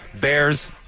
bears